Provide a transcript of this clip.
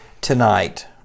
tonight